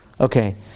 Okay